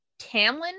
Tamlin